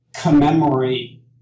commemorate